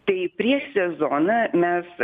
tai prieš sezoną mes